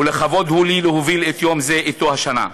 ולכבוד הוא לי להוביל יום זה אתו השנה.